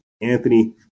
Anthony